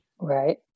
Right